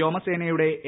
വ്യോമസേനയുടെ എ